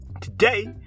Today